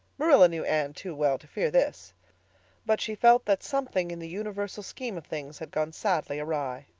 marilla knew anne too well to fear this but she felt that something in the universal scheme of things had gone sadly awry.